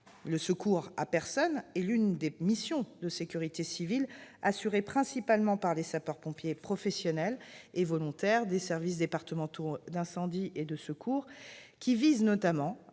Le secours à personne, quant à lui, est l'une des missions de sécurité civile assurée principalement par les sapeurs-pompiers professionnels et volontaires des services départementaux d'incendie et de secours. Il vise notamment